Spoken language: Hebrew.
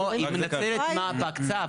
היא מנהלת מההקצאה,